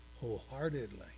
wholeheartedly